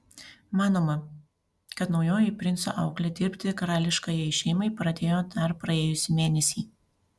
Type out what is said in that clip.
manoma kad naujoji princo auklė dirbti karališkajai šeimai pradėjo dar praėjusį mėnesį